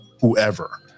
whoever